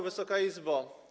Wysoka Izbo!